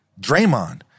Draymond